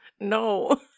No